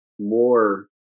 more